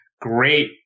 great